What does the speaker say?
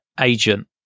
agent